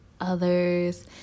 Others